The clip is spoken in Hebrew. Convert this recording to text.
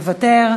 מוותר.